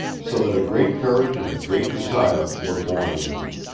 so that a great courage and a great desire were born in him.